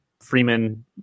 Freeman